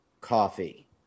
coffee